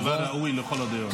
כמובן, ראוי לכל הדעות.